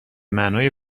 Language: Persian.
معنای